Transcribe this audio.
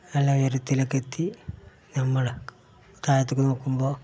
വളരെ ഉയരത്തിലൊക്കെ എത്തി ഞങ്ങൾ താഴത്തേക്കു നോക്കുമ്പോൾ